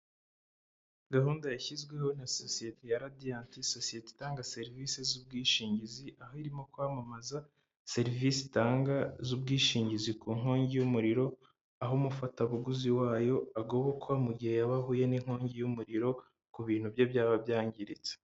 Gahunda yashyizweho na sosiyete ya radiyanti, sosiyete itanga serivisi z'ubwishingizi, aho irimo kwamamaza serivisi itanga z'ubwishingizi ku nkongi y'umuriro, aho umufatabuguzi wayo agobokwa mu gihe yaba ahuye n'inkongi y'umuriro ku bintu bye byaba byangiritse.